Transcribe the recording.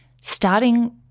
starting